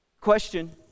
Question